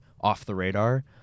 off-the-radar